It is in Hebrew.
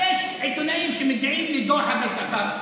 שיש עיתונאים שמגיעים לדוחא בקטאר,